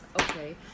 okay